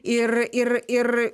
ir ir ir